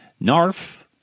Narf